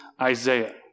Isaiah